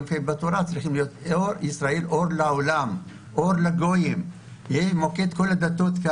גם בתורה כתוב שישראל צריכים להיות אור לגויים ומוקד לכל הדתות.